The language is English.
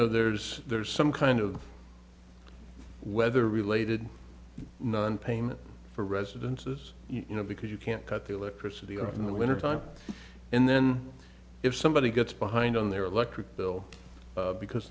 know there's there's some kind of weather related nonpayment for residences you know because you can't cut the electricity off in the winter time and then if somebody gets behind on their electric bill because